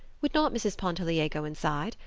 would not mrs. pontellier go inside?